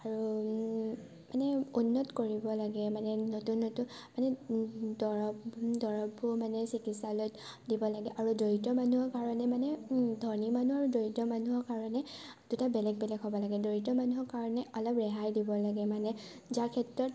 আৰু মানে উন্নত কৰিব লাগে মানে নতুন নতুন মানে দৰৱ দৰৱবোৰ মানে চিকিৎসালয়ত দিব লাগে আৰু দৰিদ্ৰ মানুহৰ কাৰণে মানে ধনী মানুহ আৰু দৰিদ্ৰ মানুহৰ কাৰণে দুটা বেলেগ বেলেগ হ'ব লাগে দৰিদ্ৰ মানুহৰ কাৰণে অলপ ৰেহাই দিব লাগে মানে যাৰ ক্ষেত্ৰত